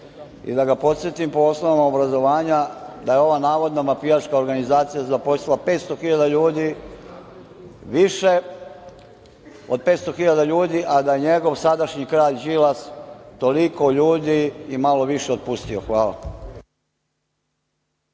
I da ga podsetim po osnovama obrazovanja, da je ova navodna mafijaška organizacija zaposlila 500 hiljada ljudi, više od 500 hiljada ljudi, a da je njegov sadašnji kralj Đilas, toliko ljudi i malo više otpustio. Hvala.